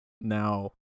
now